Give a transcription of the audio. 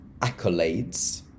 accolades